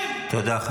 תגיד את זה עכשיו.